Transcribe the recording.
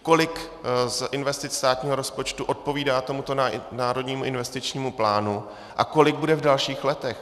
Kolik investic státního rozpočtu odpovídá tomuto Národnímu investičnímu plánu a kolik bude v dalších letech?